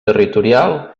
territorial